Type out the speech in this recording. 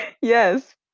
yes